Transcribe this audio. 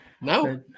No